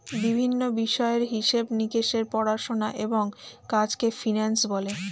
বিভিন্ন বিষয়ের হিসেব নিকেশের পড়াশোনা এবং কাজকে ফিন্যান্স বলে